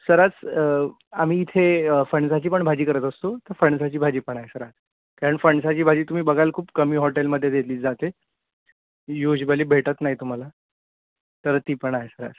sir आज आम्ही इथे फणसाची पण भाजी करत असतो तर फणसाची भाजी पण आहे सर आज कारण फणसाची भाजी तुम्ही बघाल खूप कमी हॉटेलमध्ये दिली जाते युज्वली भेटत नाही तुम्हाला तर ती पण आहे सर आज